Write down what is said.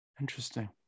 Interesting